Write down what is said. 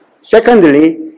Secondly